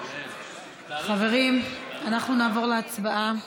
חברים, אנחנו נעבור להצבעה.